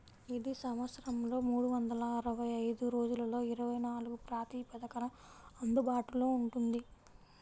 ఇది సంవత్సరంలో మూడు వందల అరవై ఐదు రోజులలో ఇరవై నాలుగు ప్రాతిపదికన అందుబాటులో ఉంటుంది